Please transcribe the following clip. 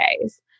days